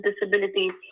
disabilities